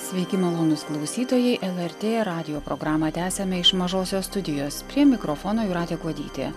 sveiki malonūs klausytojai lrt radijo programą tęsiame iš mažosios studijos prie mikrofono jūratė kuodytė